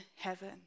heaven